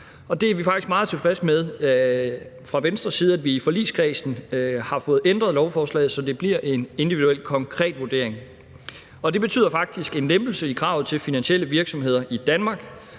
Venstres side tilfredse med, at vi i forligskredsen har fået ændret lovforslaget, så det bliver en individuel, konkret vurdering. Det betyder faktisk en lempelse af kravet til finansielle virksomheder i Danmark.